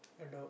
adopt